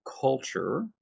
culture